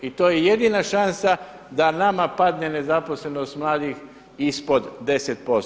I to je jedina šansa da nam padne nezaposlenost mladih ispod 10%